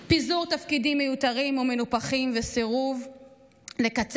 פיזור תפקידים מיותרים ומנופחים וסירוב לקצץ